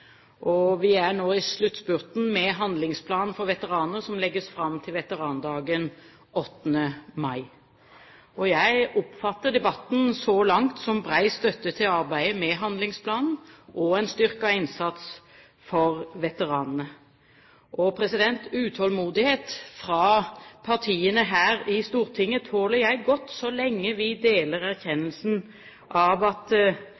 veteranpolitikken. Vi er nå i sluttspurten med handlingsplanen for veteraner, som legges fram til veterandagen 8. mai. Jeg oppfatter debatten så langt som bred støtte til arbeidet med handlingsplanen og en styrket innsats for veteranene. Utålmodighet fra partiene her i Stortinget tåler jeg godt, så lenge vi deler erkjennelsen av at